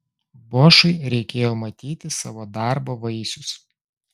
bošui reikėjo matyti savo darbo vaisius